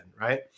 Right